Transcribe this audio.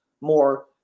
more